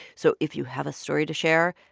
so if you have a story to share,